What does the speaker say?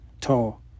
tall